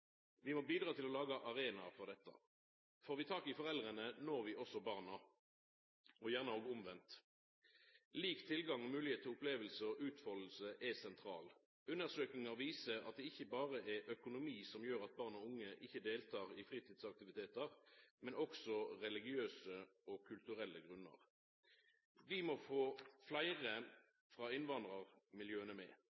når vi også barna – gjerne også omvendt. Lik tilgang og moglegheit til oppleving og utfalding er sentral. Undersøkingar viser at det ikkje berre er økonomi som gjer at barn og unge ikkje deltek i fritidsaktivitetar, men det er også religiøse og kulturelle grunnar. Vi må få fleire